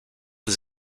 des